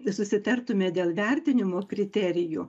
susitartume dėl vertinimo kriterijų